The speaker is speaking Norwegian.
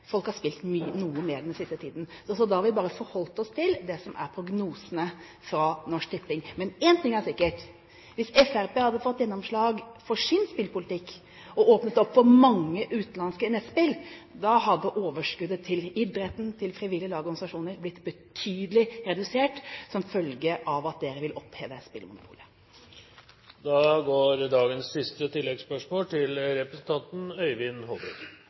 folk har spilt noe mer den siste tiden. Vi har forholdt oss til det som er prognosene fra Norsk Tipping. Men én ting er sikkert: Hvis Fremskrittspartiet hadde fått gjennomslag for sin spillpolitikk og åpnet opp for mange utenlandske nettspill, hadde overskuddet til idretten, til frivillige lag og organisasjoner blitt betydelig redusert, som følge av at de vil oppheve spillmonopolet. Øyvind Håbrekke – til dagens siste